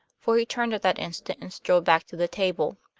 for he turned at that instant and strolled back to the table.